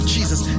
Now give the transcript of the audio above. Jesus